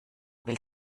will